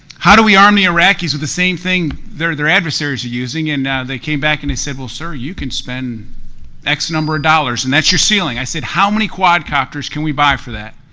how to we arm the iraqis with the same thing their their adversaries are using? and they came back and they said, well, sir, you can spend x number of dollars and that's your ceiling. i said, how many quadcopters can we buy for that?